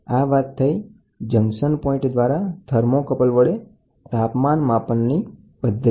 તો આ વાત થઈ જંકશન પૉઇન્ટ દ્વારા થર્મોકપલ વડે તાપમાન માપનની પદ્ધતિ